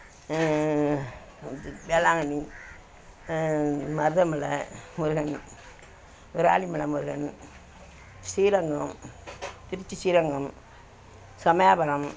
Velankanni Marudhamalai Murugan Viralimalai Murugan Srirangam Trichy Srirangam Samayapuram